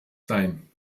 sein